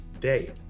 day